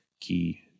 key